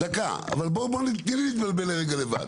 בשביל לטפל באותה בעיה.